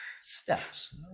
Steps